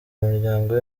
imiryango